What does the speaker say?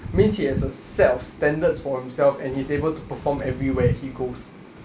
means he has a set of standards for himself and he's able to perform everywhere he goes